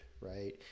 right